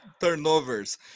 Turnovers